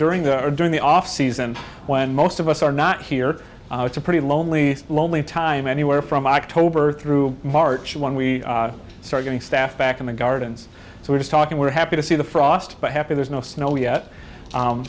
during the during the off season when most of us are not here it's a pretty lonely lonely time anywhere from october through march when we start getting staff back in the gardens so we're just talking we're happy to see the frostbite happy there's no snow yet